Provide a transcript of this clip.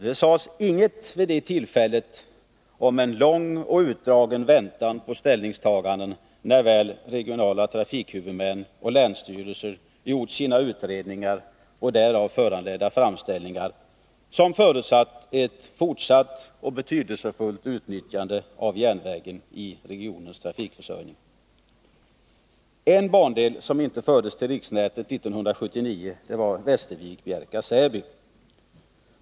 Det sades vid det tillfället ingenting om att det skulle bli en lång och utdragen väntan på ställningstagande när väl regionala trafikhuvudmän och länsstyrelser gjort sina utredningar och därav föranledda framställningar, som förutsatte ett fortsatt och betydelsefullt utnyttjande av järnvägen i regionens trafikförsörjning. En bandel som inte fördes till riksnätet 1979 var Västervik-Bjärka/Säby.